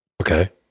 Okay